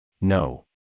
No